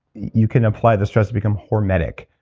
you can apply the stress to become hermetic.